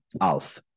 Alf